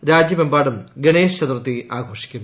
ഇന്ന് രാജ്യമെമ്പാടും ഗണേശ് ചതുർത്ഥി ആഘോഷിക്കുന്നു